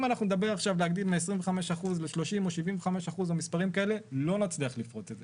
אם אנחנו נדבר על להגדיל מ 25% ל 30 או 75% - לא נצליח לפרוץ את זה.